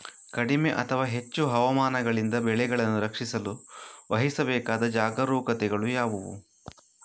ಕಡಿಮೆ ಅಥವಾ ಹೆಚ್ಚು ಹವಾಮಾನಗಳಿಂದ ಬೆಳೆಗಳನ್ನು ರಕ್ಷಿಸಲು ವಹಿಸಬೇಕಾದ ಜಾಗರೂಕತೆಗಳು ಯಾವುವು?